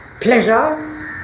Pleasure